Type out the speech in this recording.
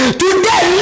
today